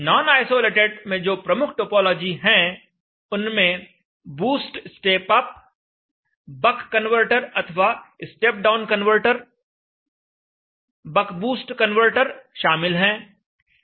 non isolated में जो प्रमुख टोपोलॉजी हैं उनमें boost step up buck converter अथवा step down converter buck boost converter शामिल हैं